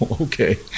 okay